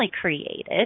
created